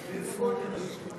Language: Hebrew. תגידי מה שאת רוצה,